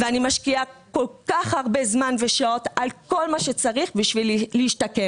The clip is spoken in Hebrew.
ואני משקיעה כל כך הרבה זמן ושעות על כל מה שצריך בשביל להשתקם.